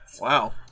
wow